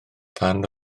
dan